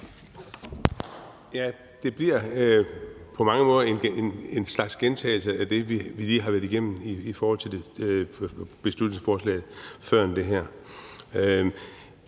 Det bliver på mange måder en slags gentagelse af det, vi lige har været igennem i forhold til det beslutningsforslag før det her.